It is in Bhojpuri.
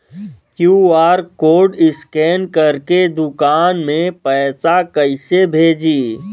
क्यू.आर कोड स्कैन करके दुकान में पैसा कइसे भेजी?